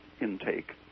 intake